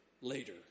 later